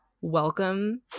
welcome